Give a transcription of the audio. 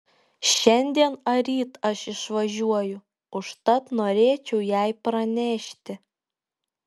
šiandien ar ryt aš išvažiuoju užtat norėčiau jai pranešti